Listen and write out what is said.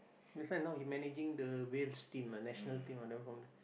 that's why now he managing the Wales team ah national team ah